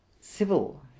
civil